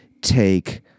take